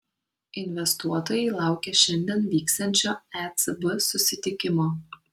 investuotojai laukia šiandien vyksiančio ecb susitikimo